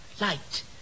Light